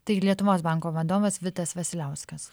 taigi lietuvos banko vadovas vitas vasiliauskas